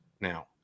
now